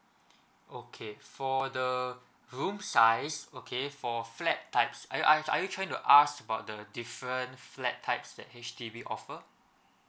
okay for the room size okay for flat types are you are you trying to ask about the different flat types that H_D_B offer